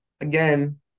again